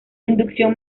inducción